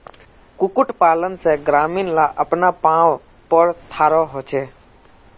कुक्कुट पालन से ग्रामीण ला अपना पावँ पोर थारो होचे